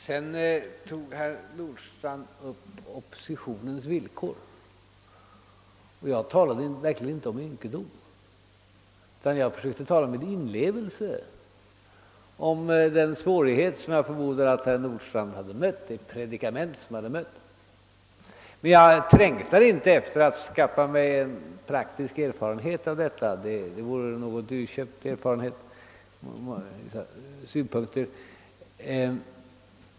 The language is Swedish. Herr Nordstrandh kom vidare in på oppositionens villkor. Jag talade verkligen inte om ynkedom, utan jag försökte tala om en inlevelse i de svårigheter som jag förmodar att herr Nordstrandh har mött. Jag trängtar inte efter att skaffa mig praktisk erfarenhet av detta. Det vore en något dyrköpt erfarenhet ur vissa synpunkter.